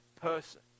person